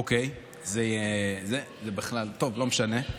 אוקיי, זה בכלל, טוב, לא משנה.